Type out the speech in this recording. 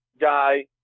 guy